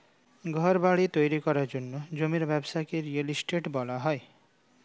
ঘরবাড়ি তৈরি করার জন্য জমির ব্যবসাকে রিয়েল এস্টেট বলা হয়